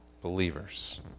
believers